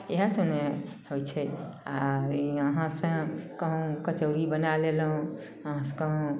इएहसब ने होइ छै आओर यहाँसँ कहू कचौड़ी बनै लेलहुँ